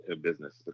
business